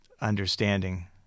understanding